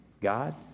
God